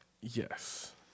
yes